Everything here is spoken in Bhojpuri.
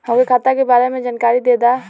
हमके खाता के बारे में जानकारी देदा?